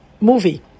movie